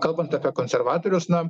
kalbant apie konservatorius na